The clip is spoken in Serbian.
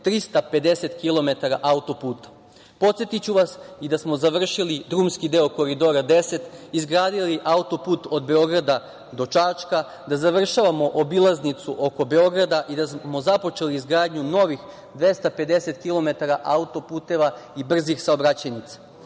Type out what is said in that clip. autoputeva. Podsetiću vas i da smo završili drumski deo Koridora 10, izgradili autoput od Beograda do Čačka, da završavamo obilaznicu oko Beograda i da smo započeli izgradnju novih 250 kilometara autoputeva i brzih saobraćajnica.